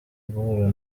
guhura